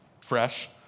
fresh